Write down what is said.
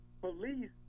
police